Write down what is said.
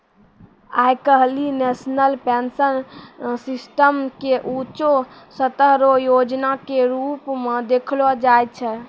आइ काल्हि national pension system के ऊंचों स्तर रो योजना के रूप मे देखलो जाय छै